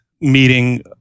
meeting